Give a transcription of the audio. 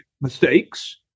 mistakes